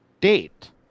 date